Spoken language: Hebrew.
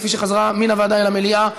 כפי שחזרה מן הוועדה אל המליאה,